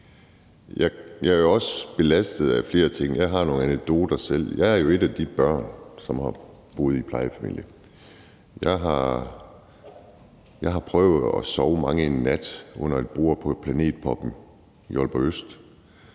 jeg er også belastet af flere ting; jeg har nogle anekdoter selv. Jeg er jo et af de børn, som har boet i plejefamilie; jeg har prøvet at sove mangen en nat under et bord på Planet Pubben i Aalborg Øst;